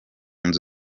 mpu